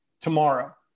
tomorrow